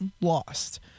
lost